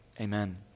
Amen